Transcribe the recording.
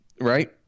Right